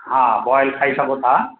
हा बॉइल खाई सघो था